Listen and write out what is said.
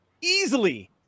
easily